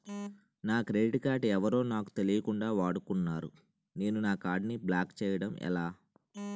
నా credit card ఎవరో నాకు తెలియకుండా వాడుకున్నారు నేను నా కార్డ్ ని బ్లాక్ చేయడం ఎలా?